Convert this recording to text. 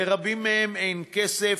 לרבים מהם אין כסף